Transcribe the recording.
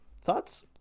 Thoughts